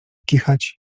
kichać